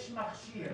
יש מכשיר